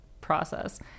process